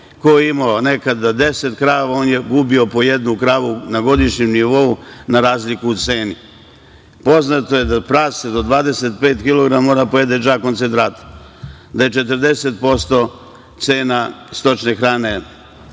nekada imao deset krava on je gubio po jednu kravu na godišnjem nivou na razliku u ceni. Poznato je da prase do 25 kilograma mora da pojede džak koncentrata, da je 40% cena stočne hrane